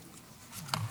בבקשה.